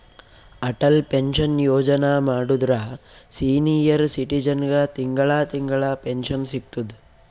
Atal pension Yojana ಮಾಡುದ್ರ senior ಸಿಟಿಜನ್ಗ ತಿಂಗಳಾ ತಿಂಗಳಾ ಪೆನ್ಶನ್ ಸಿಗ್ತುದ್